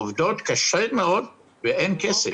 עובדות קשה ואין כסף.